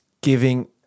giving